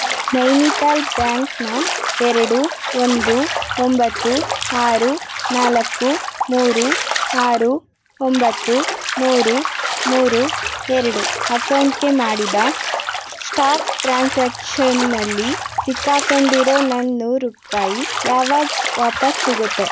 ನೈನಿತಾಲ್ ಬ್ಯಾಂಕ್ನ ಎರಡು ಒಂದು ಒಂಬತ್ತು ಆರು ನಾಲ್ಕು ಮೂರು ಆರು ಒಂಬತ್ತು ಮೂರು ಮೂರು ಎರಡು ಅಕೌಂಟ್ಗೆ ಮಾಡಿದ ಸ್ಟಕ್ ಟ್ರಾನ್ಸಾಕ್ಷನಲ್ಲಿ ಸಿಕ್ಕಾಕೊಂಡಿರೋ ನನ್ನ ನೂರು ರೂಪಾಯಿ ಯಾವಾಗ ಸ್ ವಾಪಸ್ ಸಿಗುತ್ತೆ